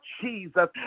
Jesus